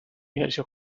ejerció